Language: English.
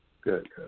good